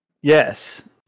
Yes